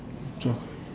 twelve ah